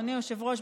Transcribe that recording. אדוני היושב-ראש,